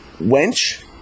Wench